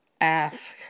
ask